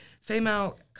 Female